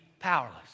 powerless